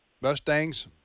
Mustangs